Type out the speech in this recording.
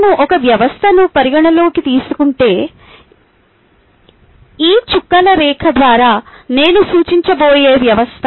మేము ఒక వ్యవస్థను పరిగణనలోకి తీసుకుంటే ఈ చుక్కల రేఖ ద్వారా నేను సూచించబోయే వ్యవస్థ